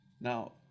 Now